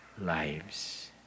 lives